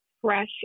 fresh